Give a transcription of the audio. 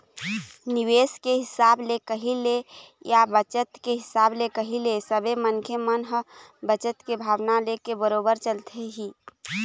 निवेश के हिसाब ले कही ले या बचत के हिसाब ले कही ले सबे मनखे मन ह बचत के भावना लेके बरोबर चलथे ही